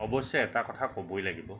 অৱশ্যে এটা কথা ক'বই লাগিব